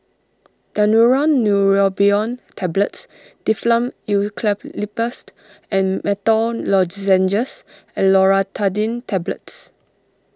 Daneuron Neurobion Tablets Difflam Eucalyptus and Menthol Lozenges and Loratadine Tablets